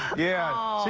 yeah.